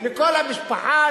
לכל המשפחה,